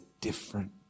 different